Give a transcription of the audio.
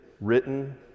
written